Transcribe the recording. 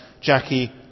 Jackie